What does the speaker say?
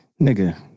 Nigga